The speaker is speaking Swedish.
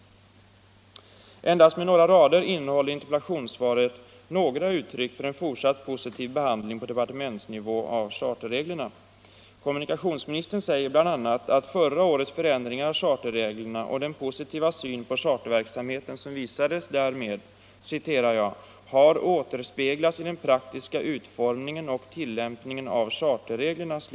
Men endast ett par rader i interpellationssvaret innehåller uttryck för en fortsatt positiv behandling på departementsnivå av charterreglerna. Kommunikationsministern säger bl.a. att förra årets förändringar av charterreglerna och den positiva syn på charterverksamheten som visades därmed ”återspeglats i den praktiska utformningen och tillämpningen av charterreglerna.